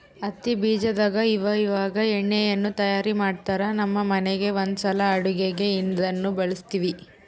ಹತ್ತಿ ಬೀಜದಾಗ ಇವಇವಾಗ ಎಣ್ಣೆಯನ್ನು ತಯಾರ ಮಾಡ್ತರಾ, ನಮ್ಮ ಮನೆಗ ಒಂದ್ಸಲ ಅಡುಗೆಗೆ ಅದನ್ನ ಬಳಸಿದ್ವಿ